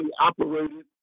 operated